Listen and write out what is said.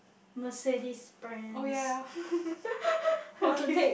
Mercedes brands you want to take